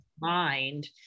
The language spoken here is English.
mind